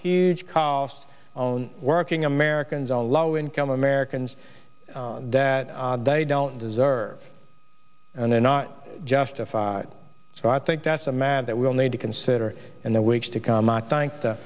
usually calls on working americans are low income americans that they don't deserve and they're not justified so i think that's a matter that will need to consider in the weeks to come i thank the